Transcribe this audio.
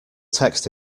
text